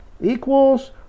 equals